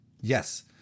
yes